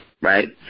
Right